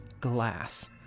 glass